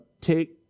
take